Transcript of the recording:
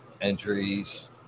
entries